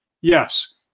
Yes